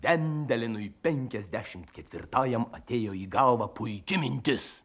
vendelinui penkiasdešimt ketvirtajam atėjo į galvą puiki mintis